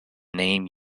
name